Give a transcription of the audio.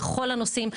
בכל הנושאים,